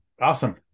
awesome